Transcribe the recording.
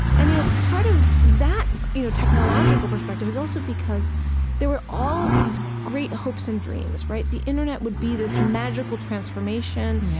and you know part of that you know technological perspective is also because there were all of these great hopes and dreams the internet would be this magical transformation,